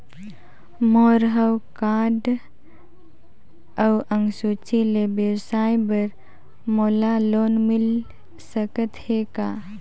मोर हव कारड अउ अंक सूची ले व्यवसाय बर मोला लोन मिल सकत हे का?